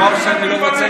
רציתם שינוי,